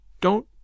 Don't